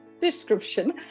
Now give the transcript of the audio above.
description